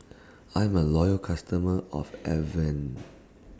I'm A Loyal customer of Avene